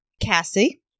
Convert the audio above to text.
Cassie